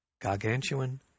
gargantuan